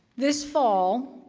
this fall,